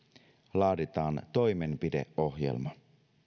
laaditaan toimenpideohjelma